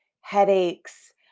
headaches